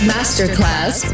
Masterclass